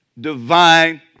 divine